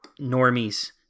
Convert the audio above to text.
normies